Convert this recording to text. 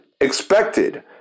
expected